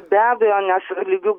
be abejo nes lygių